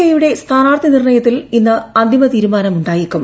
I യുടെ സ്ഥാനാർത്ഥി നിർണ്ണയത്തിൽ ഇന്ന് അന്തിമ തീരുമാനമായേക്കും